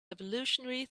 evolutionary